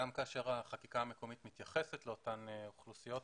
גם כאשר החקיקה המקומית מתייחסת לאותן אוכלוסיות,